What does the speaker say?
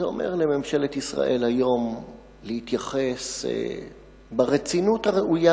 זה אומר לממשלת ישראל היום להתייחס ברצינות הראויה